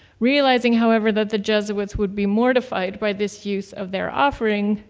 realizing however that the jesuits would be mortified by this use of their offering,